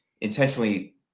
intentionally